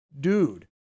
dude